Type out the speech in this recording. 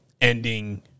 ending